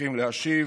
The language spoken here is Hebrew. שצריכים להשיב